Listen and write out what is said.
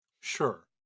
Sure